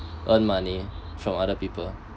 earn money from other people